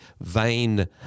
vain